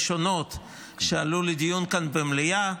הראשונות שעלו לדיון כאן במליאה,